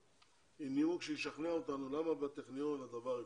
נימוק שישכנע אותנו, למה בטכניון הדבר אפשרי.